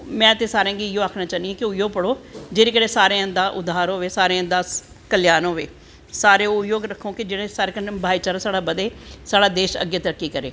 में ते सारें गी इयो आक्खनां चाह्नी आं कि इयो पढ़ो जेह्ड़ा जेह्ड़ा सारें दा उधार होए जेह्ड़ा कल्यान होऐ सारे इयो रक्खो कि जेह्दे कन्नैं साढ़ा भाई चारा बदै साढ़ा देश अग्गैं तरक्की करै